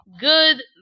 good